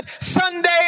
Sunday